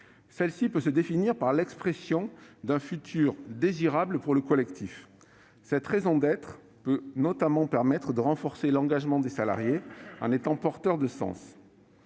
Celle-ci peut se définir par l'expression d'un futur désirable pour le collectif. Cette raison d'être peut notamment permettre de renforcer l'engagement des salariés, en étant porteuse de sens.